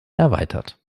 erweitert